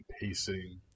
pacing